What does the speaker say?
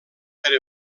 per